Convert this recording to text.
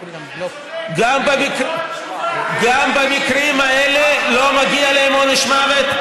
גם במקרים האלה לא מגיע להם עונש מוות?